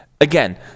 Again